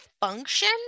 function